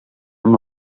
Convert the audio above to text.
amb